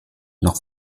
noch